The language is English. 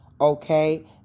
Okay